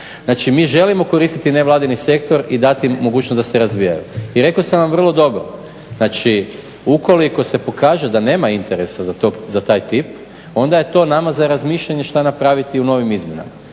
Znači mi želimo koristiti nevladin sektor i dati im mogućnost da se razvijaju. I rekao sam vam vrlo dobro, znači ukoliko se pokaže da nema interesa za taj tip onda je to nama za razmišljanje šta napraviti u novim izmjenama,